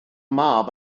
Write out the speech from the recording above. mab